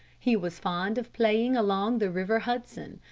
he was fond of playing along the river hudson,